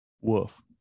Woof